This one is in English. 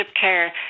care